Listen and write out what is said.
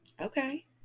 Okay